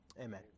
Amen